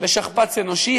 לשכפ"ץ אנושי,